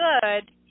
good